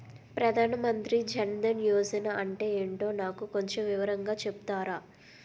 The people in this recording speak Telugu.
ప్రధాన్ మంత్రి జన్ దన్ యోజన అంటే ఏంటో నాకు కొంచెం వివరంగా చెపుతారా?